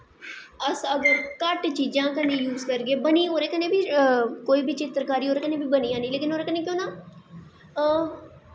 अस अगर घट्ट चीजां कन्नै यूस करगे बनी ओह्दे कन्नै बी कोई बी चित्तरकारी ओह्दे कन्नै बी बनी जानी पर ओह्दे कन्नै केह् होना ओह्